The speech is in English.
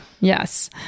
Yes